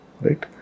Right